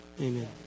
Amen